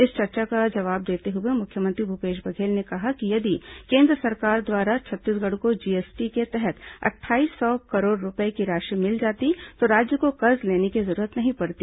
इस चर्चा का जवाब देते हुए मुख्यमंत्री भूपेश बघेल ने कहा कि यदि केन्द्र द्वारा छत्तीसगढ़ को जीएसटी के तहत अट्ठाईस सौ करोड़ रूपये की राशि मिल जाती तो राज्य को कर्ज लेने की जरूरत नहीं पड़ती